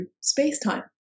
space-time